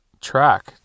track